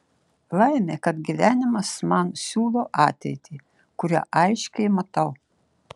laimė kad gyvenimas man siūlo ateitį kurią aiškiai matau